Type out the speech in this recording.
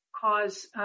cause